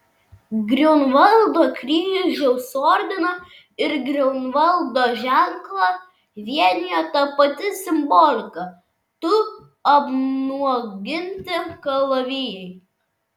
griunvaldo kryžiaus ordiną ir griunvaldo ženklą vienijo ta pati simbolika du apnuoginti kalavijai